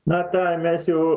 na tą mes jau